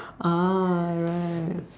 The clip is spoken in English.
ah right